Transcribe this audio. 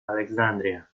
alexandria